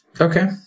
Okay